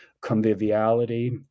conviviality